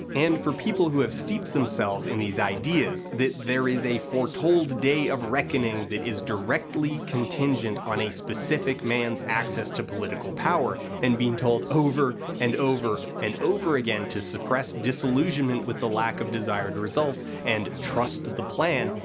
and for people who have steeped themselves in these ideas, that there is a foretold day of reckoning that is directly contingent on a specific man's access to political power, and been told over and over and over again to suppress disillusionment with the lack of desired results and trust the plan,